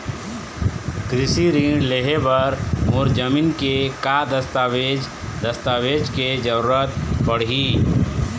कृषि ऋण लेहे बर मोर जमीन के का दस्तावेज दस्तावेज के जरूरत पड़ही?